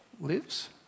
lives